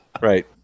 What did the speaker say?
Right